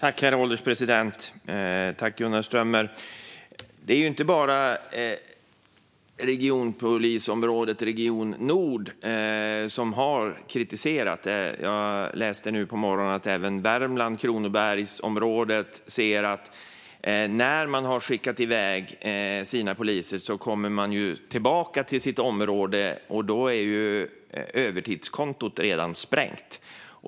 Herr ålderspresident! Det är inte bara polisregion Nord som har kritiserat detta. Jag läste nu på morgonen att även Värmland och Kronobergsområdet ser detta. De har skickat iväg poliser, och när de kommer tillbaka till sitt område är övertidskontot redan sprängt.